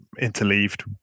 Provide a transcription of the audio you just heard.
interleaved